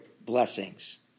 blessings